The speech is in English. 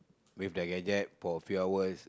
with their gadget for a few hours